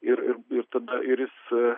ir ir ir tada ir jis